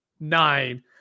nine